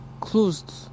closed